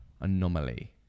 anomaly